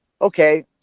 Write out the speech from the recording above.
okay